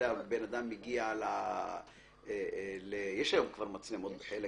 יש היום מצלמות בחלק